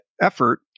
effort